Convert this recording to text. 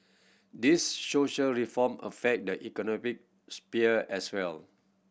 these social reform affect the economic sphere as well